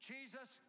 Jesus